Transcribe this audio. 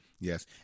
Yes